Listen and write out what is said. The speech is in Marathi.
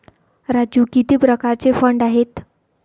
राजू किती प्रकारचे फंड आहेत?